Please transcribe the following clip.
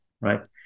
right